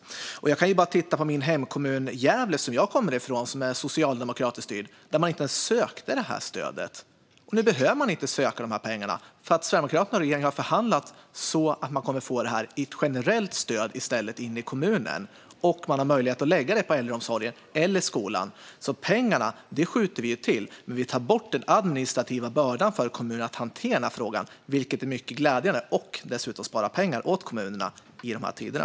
Jag kan bara titta på min hemkommun Gävle, som är socialdemokratiskt styrd. Där sökte man inte ens det här stödet. Nu behöver man inte söka dessa pengar, eftersom Sverigedemokraterna och regeringen har förhandlat så att kommunerna kommer att få pengar i ett generellt stöd i stället. Man har möjlighet att lägga dem på äldreomsorgen eller skolan. Vi skjuter alltså till pengarna, men vi tar bort den administrativa bördan för kommunerna att hantera frågan, vilket är mycket glädjande. Det sparar dessutom pengar åt kommunerna i tider som dessa.